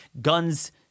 Guns